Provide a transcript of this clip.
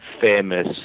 famous